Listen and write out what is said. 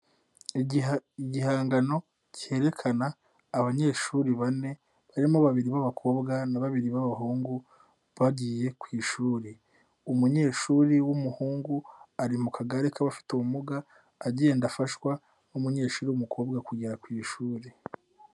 Igihangano cyerekana abanyeshuri bane barimo babiri b'abakobwa na babiri b'abahungu bagiye ku ishuri. Umunyeshuri w'umuhungu ari mu kagare k'abafite ubumuga agenda afashwa n'umunyeshuri w'umukobwa kugera ku ishuri.